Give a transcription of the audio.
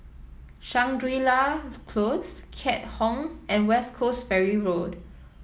Shangri La Close Keat Hong and West Coast Ferry Road